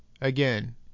Again